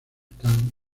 khan